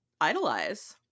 idolize